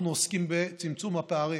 אנחנו עוסקים בצמצום הפערים.